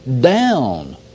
down